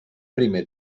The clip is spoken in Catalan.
primer